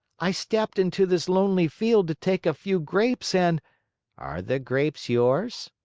i stepped into this lonely field to take a few grapes and are the grapes yours?